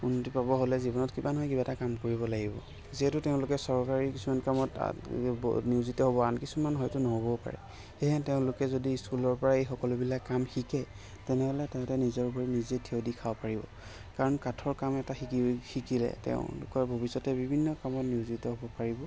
উন্নতি পাব হ'লে জীৱনত কিবা নহয় কিবা এটা কাম কৰিব লাগিব যিহেতু তেওঁলোকে চৰকাৰী কিছুমান কামত নিয়োজিত হ'ব আন কিছুমান হয়তো নহ'বও পাৰে সেয়েহে তেওঁলোকে যদি স্কুলৰ পৰাই এই সকলোবিলাক কাম শিকে তেনেহ'লে তাহাঁতি নিজৰ ভৰিত নিজে থিয় দি খাব পাৰিব কাৰণ কাঠৰ কাম এটা শিকি শিকিলে তেওঁলোকে ভৱিষ্যতে বিভিন্ন কামত নিয়োজিত হ'ব পাৰিব